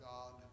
God